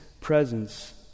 presence